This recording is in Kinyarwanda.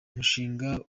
umushinga